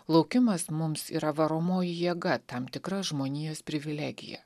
laukimas mums yra varomoji jėga tam tikra žmonijos privilegija